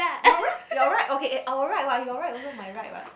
your right your right okay our right what your right also my right what